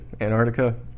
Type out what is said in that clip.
Antarctica